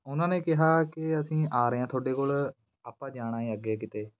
ਉਹਨਾਂ ਨੇ ਕਿਹਾ ਕਿ ਅਸੀਂ ਆ ਰਹੇ ਹਾਂ ਤੁਹਾਡੇ ਕੋਲ ਆਪਾਂ ਜਾਣਾ ਏ ਅੱਗੇ ਕਿਤੇ